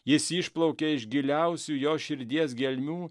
jis išplaukė iš giliausių jo širdies gelmių